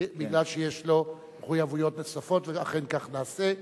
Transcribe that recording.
כי יש לו מחויבות נוספות, ואכן כך נעשה.